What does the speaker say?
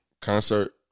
Concert